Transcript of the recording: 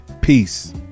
Peace